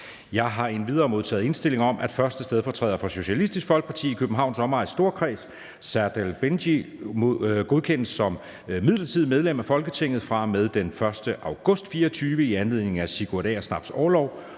Jeg har endvidere modtaget indstilling om, at 1. stedfortræder for Socialistisk Folkeparti i Københavns Omegns Storkreds, Serdal Benli, godkendes som midlertidigt medlem af Folketinget fra og med den 1. august 2024 i anledning af Sigurd Agersnaps orlov,